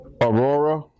Aurora